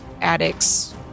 addicts